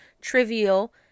trivial